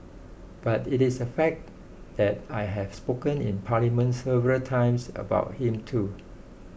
but it is a fact that I have spoken in Parliament several times about him too